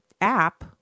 app